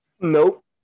Nope